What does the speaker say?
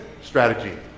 strategy